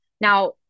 Now